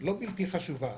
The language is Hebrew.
לא בלתי חשובה: